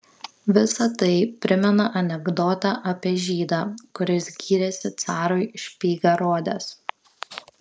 visa tai primena anekdotą apie žydą kuris gyrėsi carui špygą rodęs